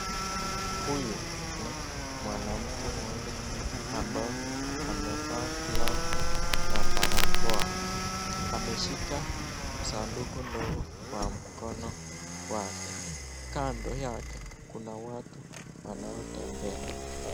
Huyu ni mwanamke mmoja ambao amevaa glavu na barakoa ,ameshika saduku ndogo kwa mkono wake. Kando yake kuna watu wanaotembea.